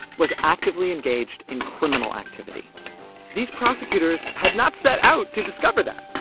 was actively engaged in criminal activity these prosecutors had not set out to discover that,